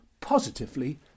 positively